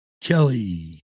kelly